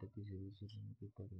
takihera kusina itatizo rorosi tuku.